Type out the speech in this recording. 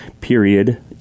period